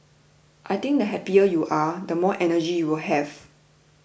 I think the happier you are the more energy you will have